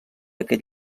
aquest